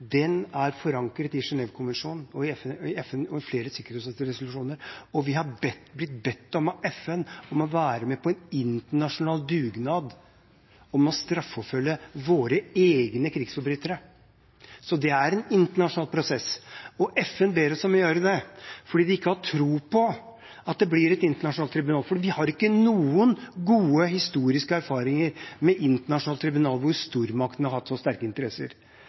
Den er forankret i Genève-konvensjonen og i flere av FNs sikkerhetsrådsresolusjoner. Vi har blitt bedt av FN om å være med på en internasjonal dugnad for å straffeforfølge våre egne krigsforbrytere. Det er en internasjonal prosess. FN ber oss om å gjøre det fordi de ikke har tro på at det blir et internasjonalt tribunal – vi har ikke noen gode, historiske erfaringer med et internasjonalt tribunal hvor stormaktene har hatt så sterke interesser.